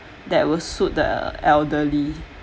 that will suit the elderly